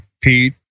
Pete